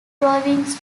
drawings